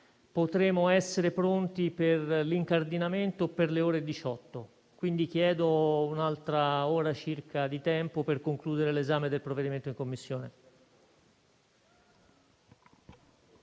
potremo essere pronti per l'incardinamento per le ore 18, quindi chiedo un'altra ora circa di tempo per concludere l'esame del provvedimento in Commissione.